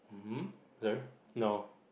uh hmm there no